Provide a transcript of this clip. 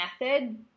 method